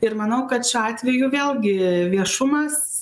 ir manau kad šiuo atveju vėlgi viešumas